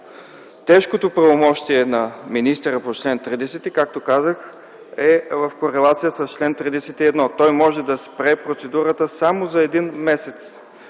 най-тежкото правомощие на министъра по чл. 30, както казах, е в корелация с чл. 31. Той може да спре процедурата само за един месец,